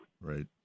Right